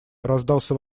раздался